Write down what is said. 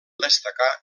destacar